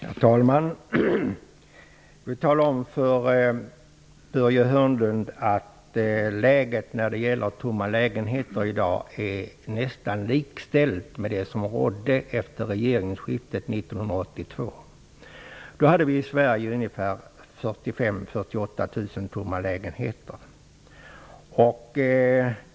Herr talman! Jag vill tala om för Börje Hörnlund att läget när det gäller tomma lägenheter i dag nästan är likställt med det som rådde efter regeringsskiftet 1982. Då hade vi i Sverige 45 000-- 48 000 tomma lägenheter.